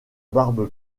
barbe